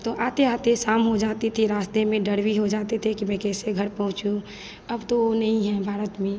तो आते आते शाम हो जाती थी रास्ते में डर भी हो जाते थे कि मैं कैसे घर पहुँचूँ अब तो नहीं है भारत में